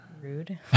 Rude